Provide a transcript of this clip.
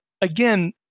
again